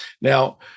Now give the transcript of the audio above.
Now